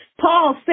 Paul